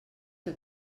que